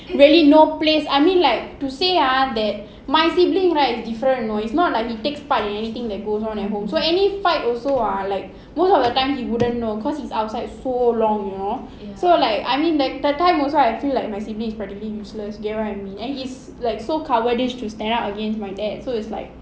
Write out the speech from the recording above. really no place I mean like to say ah that my sibling right different know it's not like he takes part in anything that goes on at home so any fight also ah like most of the time he wouldn't know because he's outside so long you know so like I mean like that time also I feel like my sibling is practically useless you get what I mean and he's like so cowardish to stand up against my dad so it's like